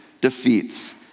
defeats